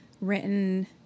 Written